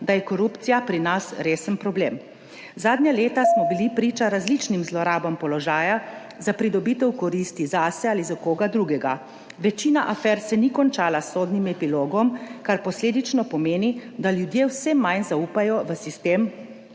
da je korupcija pri nas resen problem. Zadnja leta smo bili priča različnim zlorabam položaja za pridobitev koristi zase ali za koga drugega. Večina afer se ni končala s sodnim epilogom, kar posledično pomeni, da ljudje vse manj zaupajo v sistem